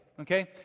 Okay